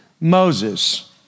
Moses